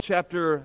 Chapter